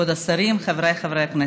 כבוד השרים, חבריי חברי הכנסת,